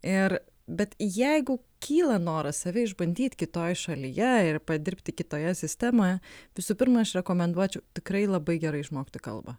ir bet jeigu kyla noras save išbandyt kitoj šalyje ir padirbti kitoje sistemoje visų pirma aš rekomenduočiau tikrai labai gerai išmokti kalbą